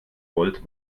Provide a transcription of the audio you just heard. wollt